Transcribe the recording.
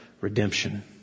redemption